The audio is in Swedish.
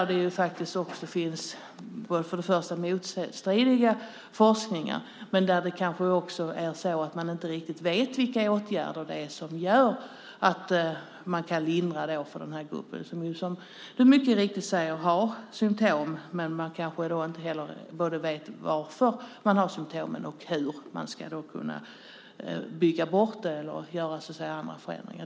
Det finns motstridig forskning och vi vet inte riktigt vilka åtgärder som kan lindra för denna grupp som, vilket du mycket riktigt säger, har symtom. Man vet kanske inte heller varför man har symtom och hur man ska bygga bort problemet eller göra andra förändringar.